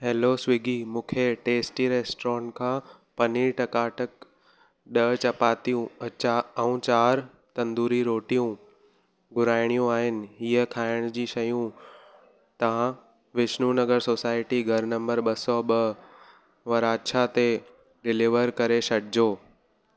hello Swiggy मूंखे tasty restaurant खां पनीर टका टक ॾह चपातियूं अचा ऐं चार तंदूरी रोटियूं घुराइणियूं आहिनि हीअ खाइण जी शयूं तव्हां विष्णु नगर सोसाइटी घरु नंबर ॿ सौ ॿ वराछा ते डिलीवर करे छॾिजो